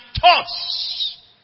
thoughts